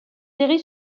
série